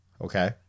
Okay